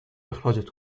اخراجت